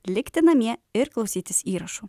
likti namie ir klausytis įrašų